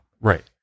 right